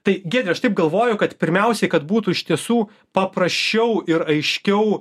tai giedre aš taip galvoju kad pirmiausiai kad būtų iš tiesų paprasčiau ir aiškiau